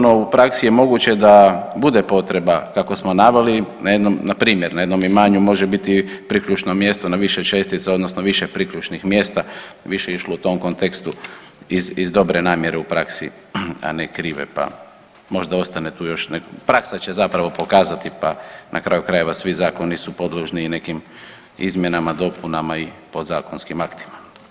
No u praksi je moguće da bude potreba kako smo naveli npr. na jednom imanju može biti priključno mjesto na više čestica odnosno više priključnih mjesta, više je išlo u tom kontekstu iz dobre namjere u praksi, a ne krive, pa možda ostane tu još, praska će zapravo pokazati pa na kraju krajeva svi zakoni su podložni i nekim izmjenama, dopunama i podzakonskim aktima.